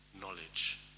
knowledge